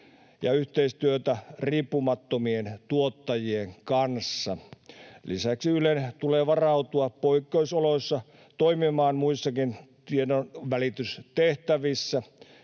ja yhteistyötä riippumattomien tuottajien kanssa. Lisäksi Ylen tulee varautua poikkeusoloissa toimimaan muissakin tiedonvälitystehtävissä